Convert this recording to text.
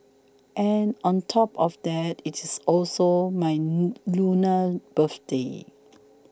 and on top of that it is also my Lunar birthday